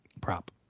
prop